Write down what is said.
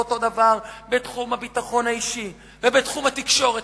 אותו הדבר בתחום הביטחון האישי ובתחום התקשורת.